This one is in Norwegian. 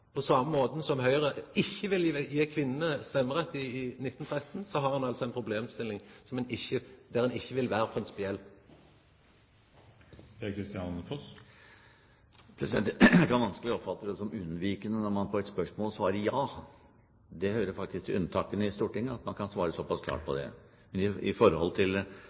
På same måten som Høgre ikkje ville gje kvinnene stemmerett i 1913, har ein altså ei problemstilling der ein ikkje vil vere prinsipiell. Man kan vanskelig oppfatte det som unnvikende når man på et spørsmål svarer «ja». Det hører faktisk til unntakene i Stortinget at man kan svare såpass klart. Når det gjelder den statsformen vi har, mener jeg faktisk at den har god forankring i